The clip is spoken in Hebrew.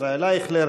ישראל אייכלר,